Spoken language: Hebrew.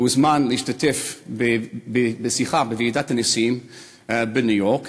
הוזמן להשתתף בשיחה בוועידת הנשיאים בניו-יורק,